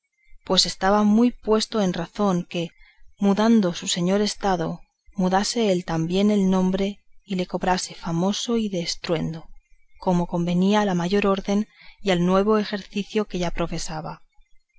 pues estaba muy puesto en razón que mudando su señor estado mudase él también el nombre y le cobrase famoso y de estruendo como convenía a la nueva orden y al nuevo ejercicio que ya profesaba